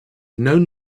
known